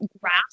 grasp